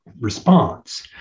response